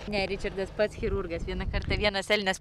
ne ričardas pats chirurgas vieną kartą vienas elnias